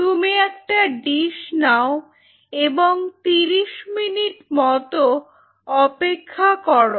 তুমি একটা ডিস্ নাও এবং 30 মিনিট মতো অপেক্ষা করো